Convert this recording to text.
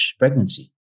pregnancy